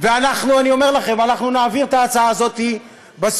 ואני אומר לכם, אנחנו נעביר את ההצעה הזאת בסוף.